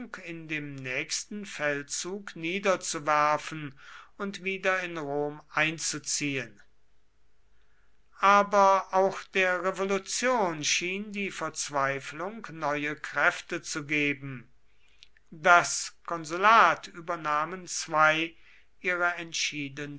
in dem nächsten feldzug niederzuwerfen und wieder in rom einzuziehen aber auch der revolution schien die verzweiflung neue kräfte zu geben das konsulat übernahmen zwei ihrer